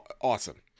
awesome